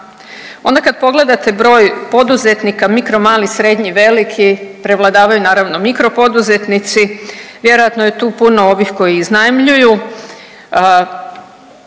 Onda kad pogledate broj poduzetnika mikro, mali, srednji, veliki, prevladavaju naravno mikro poduzetnici. Vjerojatno je tu puno ovih koji iznajmljuju.